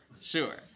sure